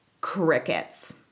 crickets